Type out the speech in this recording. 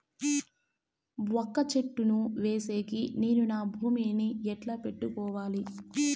వక్క చెట్టును వేసేకి నేను నా భూమి ని ఎట్లా పెట్టుకోవాలి?